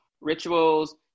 rituals